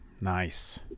Nice